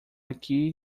aqui